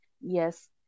yes